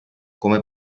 come